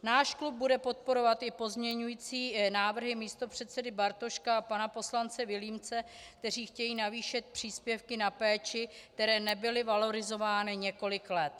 Náš klub bude podporovat i pozměňující návrhy místopředsedy Bartoška a pana poslance Vilímce, kteří chtějí navýšit příspěvky na péči, které nebyly valorizovány několik let.